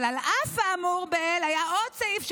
אבל על אף האמור היה עוד סעיף,